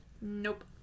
Nope